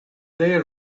they